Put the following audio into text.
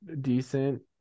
decent